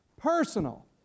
personal